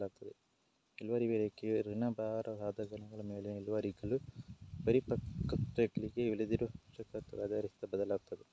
ಇಳುವರಿ ರೇಖೆಯು ಋಣಭಾರ ಸಾಧನಗಳ ಮೇಲಿನ ಇಳುವರಿಗಳು ಪರಿಪಕ್ವತೆಗೆ ಉಳಿದಿರುವ ವರ್ಷಗಳ ಕಾರ್ಯ ಆಧರಿಸಿ ಬದಲಾಗುತ್ತದೆ